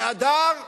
באדר אני,